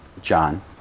John